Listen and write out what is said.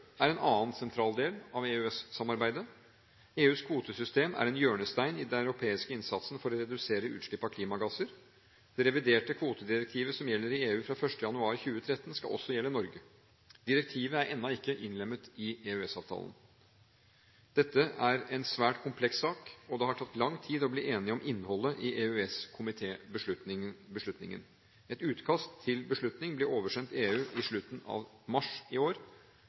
er en annen sentral del av EØS-samarbeidet. EUs kvotesystem er en hjørnestein i den europeiske innsatsen for å redusere utslipp av klimagasser. Det reviderte kvotedirektivet som gjelder i EU fra 1. januar 2013, skal også gjelde i Norge. Direktivet er ennå ikke innlemmet i EØS-avtalen. Dette er en svært kompleks sak, og det har tatt lang tid å bli enig om innholdet i EØS-komitébeslutningen. Et utkast til beslutning ble oversendt EU i slutten av mars i år,